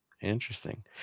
Interesting